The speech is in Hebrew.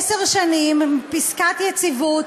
עשר שנים פסקת יציבות,